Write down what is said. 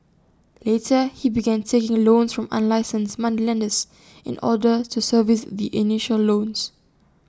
later he began taking loans from unlicensed moneylenders in order to service the initial loans